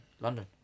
London